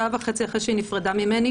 שעה וחצי אחרי שהיא נפרדה ממני.